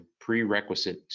prerequisite